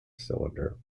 cylinder